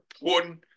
important